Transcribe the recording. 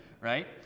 right